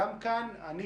גם כאן אני,